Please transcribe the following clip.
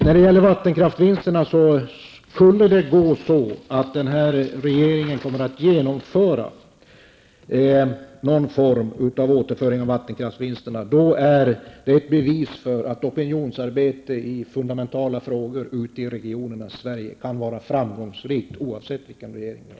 När det gäller vattenkraftsvinsterna vill jag säga att om den här regeringen kommer att genomföra någon form av återföring av vattenkraftsvinsterna är det ett bevis för att opinionsarbete i fundamentala frågor ute i regionernas Sverige kan vara framgångsrikt oavsett vilken regering vi har.